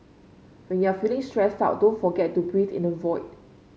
when you are feeling stressed out don't forget to breathe in the void